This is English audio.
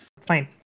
fine